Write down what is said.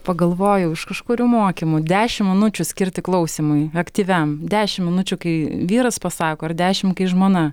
pagalvojau iš kažkurių mokymų dešim minučių skirti klausymui aktyviam dešim minučių kai vyras pasako ir dešim kai žmona